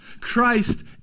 Christ